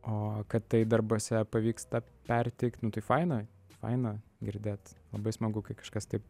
o kad tai darbuose pavyksta perteikt nu tai faina faina girdėt labai smagu kai kažkas taip